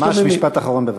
ממש משפט אחרון, בבקשה.